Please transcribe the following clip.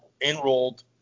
enrolled